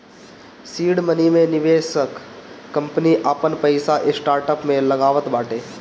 seed money मे निवेशक company आपन पईसा स्टार्टअप में लगावत बाटे